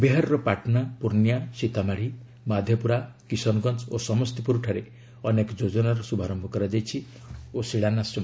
ବିହାରର ପାଟନା ପୁର୍ଣ୍ଣିଆ ସୀତାମାଢ଼ି ମାଧେପୁରା କିଶନଗଞ୍ଜ ଓ ସମସ୍ତିପୁର ଠାରେ ଅନେକ ଯୋଜନାର ଶଭାରମ୍ଭ କରାଯାଇଛି ଓ ଶିଳାନ୍ୟାସ କରାଯାଇଛି